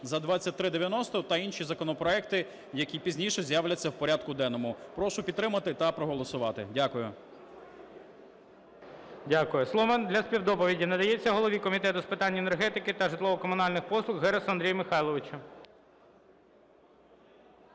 за 2390 та інші законопроекти, які пізніше з'являться в порядку денному. Прошу підтримати та проголосувати. Дякую. ГОЛОВУЮЧИЙ. Дякую. Слово для співдоповіді надається голові Комітету з питань енергетики та житлово-комунальних послуг Герусу Андрію Михайловичу.